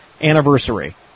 anniversary